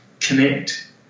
connect